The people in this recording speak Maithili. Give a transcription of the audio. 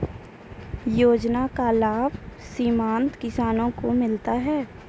योजना का लाभ सीमांत किसानों को मिलता हैं?